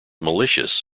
malicious